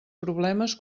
problemes